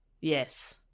Yes